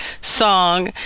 song